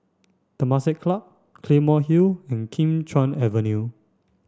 Temasek Club Claymore Hill and Kim Chuan Avenue